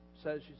says